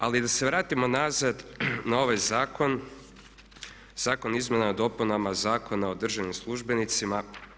Ali da se vratimo nazad na ovaj zakon, Zakon o izmjenama i dopunama Zakona o državnim službenicima.